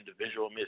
individual